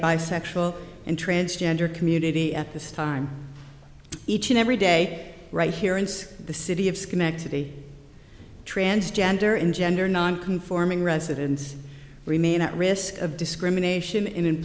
bisexual and transgender community at this time each and every day right here in the city of schenectady trans gender in gender nonconforming residents remain at risk of discrimination in